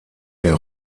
der